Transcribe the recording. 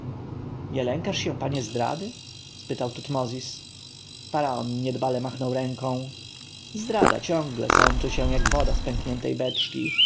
nie lękasz się panie zdrady spytał tutmozis faraon niedbale machnął ręką zdrada ciągle sączy się jak woda z pękniętej beczki